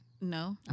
No